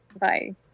Bye